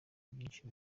byinshi